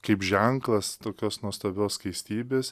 kaip ženklas tokios nuostabios skaistybės